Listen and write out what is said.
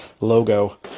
logo